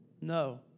No